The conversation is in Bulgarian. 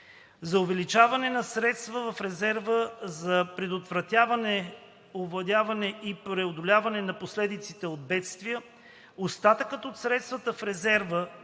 За увеличение на средствата в резерва за предотвратяване, овладяване и преодоляване на последиците от бедствия. Остатъкът от средства в резерва